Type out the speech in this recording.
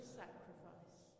sacrifice